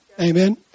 Amen